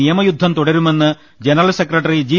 നിയമയുദ്ധം തുടരുമെന്ന് general secretary G